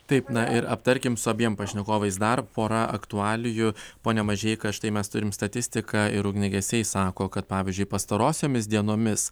taip na ir aptarkim su abiem pašnekovais dar porą aktualijų pone mažeika štai mes turim statistiką ir ugniagesiai sako kad pavyzdžiui pastarosiomis dienomis